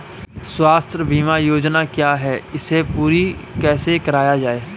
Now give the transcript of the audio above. स्वास्थ्य बीमा योजना क्या है इसे पूरी कैसे कराया जाए?